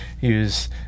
use